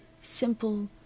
simple